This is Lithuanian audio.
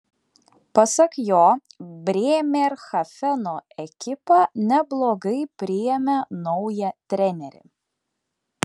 pasak jo brėmerhafeno ekipa neblogai priėmė naują trenerį